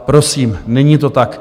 Prosím, není to tak.